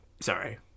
sorry